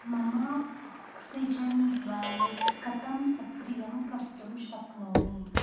मम oxygen wallet कथं सक्रियं कर्तुं शक्नोमि